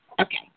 Okay